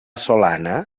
solana